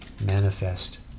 manifest